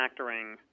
factoring